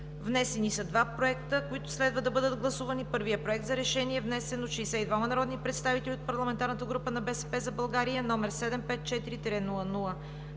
Внесени са два проекта, които следва да бъдат гласувани. Първият Проект за решение е внесен от 62-ма народни представители от парламентарната група на „БСП за България“, № 754-00-134,